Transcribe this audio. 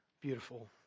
beautiful